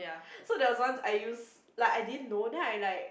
so there was once I use like I didn't know then I like